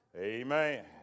amen